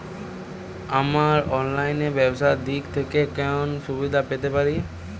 আমরা অনলাইনে ব্যবসার দিক থেকে কোন সুবিধা পেতে পারি?